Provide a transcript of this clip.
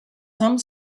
some